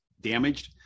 damaged